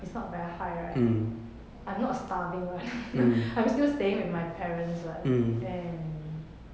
it's not very high I'm not starving [what] I'm still staying with my parents [what] and